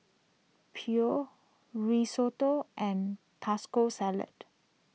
Pho Risotto and Tasco Salad